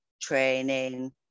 training